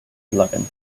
eleventh